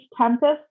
tempest